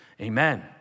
amen